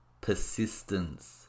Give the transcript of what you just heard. Persistence